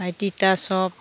बाय थिथासब